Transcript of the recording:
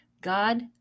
God